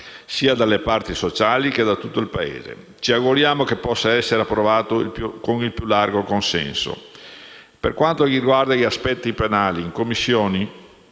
dalle parti sociali e da tutto il Paese, e ci auguriamo che possa essere approvato con il più largo consenso. Per quanto riguarda gli aspetti penali, in Commissione